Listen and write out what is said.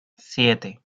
siete